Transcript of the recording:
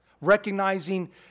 Recognizing